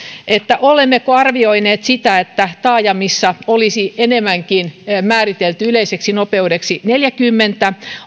olemmeko arvioineet sitä että taajamissa olisi enemmänkin määritelty yleiseksi nopeudeksi neljäkymmentä